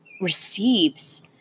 receives